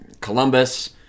Columbus